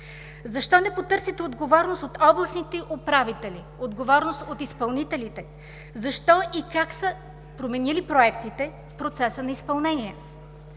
Защо не потърсите отговорност от областните управители? Отговорност от изпълнителите? Защо и как са променили проектите в процеса на изпълнение?